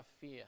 fear